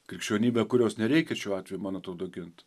krikščionybę kurios nereikia šiuo atveju man atrodo gint